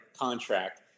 contract